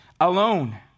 alone